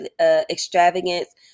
extravagance